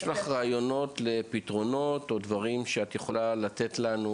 למשפחה", אולי לעצמך, באיזו שהיא צורה.